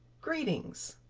greetings!